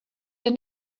your